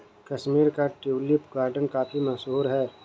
कश्मीर का tulip garden काफी मशहूर है